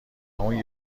اون